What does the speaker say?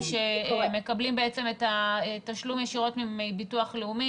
שמקבלים בעצם את התשלום ישירות מביטוח לאומי.